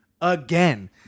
again